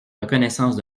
reconnaissance